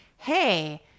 Hey